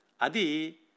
Adi